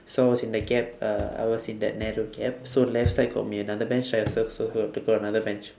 so I was in the gap uh I was in that narrow gap so left side got my another bench right so so pu~ to pull another bench